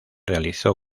realizó